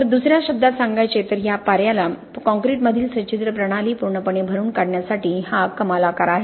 तर दुसऱ्या शब्दांत सांगायचे तर हे पार्याला काँक्रीटमधील सच्छिद्र प्रणाली पूर्णपणे भरून काढण्यासाठी हा कमाल आकार आहे